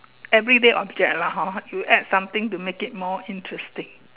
everyday object lah hor you add something to it to make it more interesting